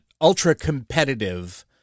ultra-competitive